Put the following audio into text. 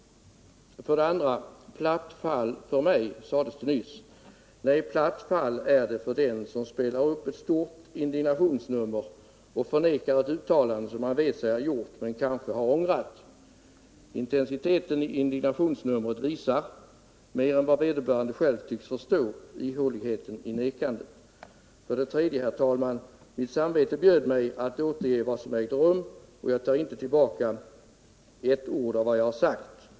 För det andra: Platt fall för Nils Hörberg, sades det nyss. Nej, platt fall är det för den som spelar upp ett stort indignationsnummer och förnekar ett uttalande som han vet sig ha gjort men kanske har ångrat. Intensiteten i indignationsnumret visar mer än vederbörande själv tycks förstå ihåligheten i nekandet. För det tredje: Mitt samvete bjöd mig att återge vad som ägde rum. Jag tar inte tillbaka ett ord av vad jag har sagt.